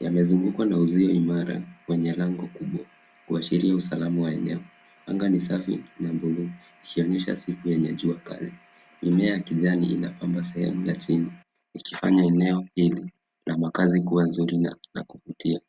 Yamezungukwa na uzio imara wenye lango kubwa kuashiria usalama wa eneo. Anga ni safi na buluu ikionyesha siku yenye jua kali. Mimea ya kijani inapamba sehemu ya chini ikifanya eneo hili na makazi kuwa nzuri na ya kuvutia.